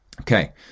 Okay